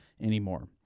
anymore